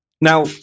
Now